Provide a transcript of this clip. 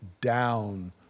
down